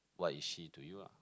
what is she to you ah